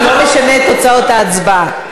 זה לא משנה את תוצאות ההצבעה.